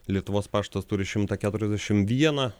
lietuvos paštas turi šimtą keturiasdešim vieną